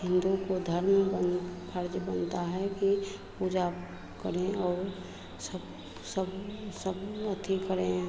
हिन्दू को धर्म बन फर्ज बनता है कि पूजा करें और सब सब सब अथि करें